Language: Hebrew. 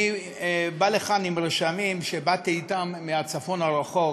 אני בא לכאן עם רשמים מהצפון הרחוק,